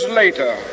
later